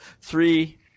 three